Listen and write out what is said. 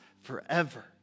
forever